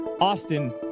Austin